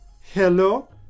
Hello